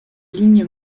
ligue